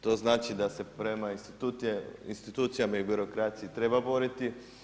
To znači da se prema institucijama i birokraciji treba boriti.